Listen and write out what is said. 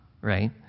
right